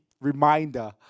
reminder